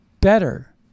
better